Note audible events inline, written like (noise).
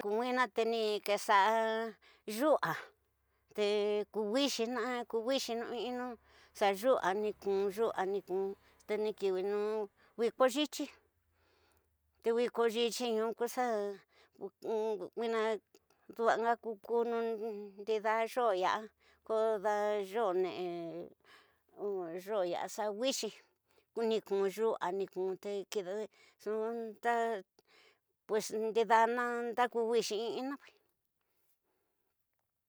Te nwina te ni kexaa yu'a, te ku wixina, ku wixinu in inu xa yu'a ni kun yu'a, te ni kiwinu wiko yityi te wiko yityi ñxu ku xa ñuina dua ña kutunu ndi, xoo yasa, koda yoo nere, yoo yara xa wixi, ni kun yusa, ni kun (hesitation) nxu ndidana nda ku wixi inina.